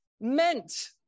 meant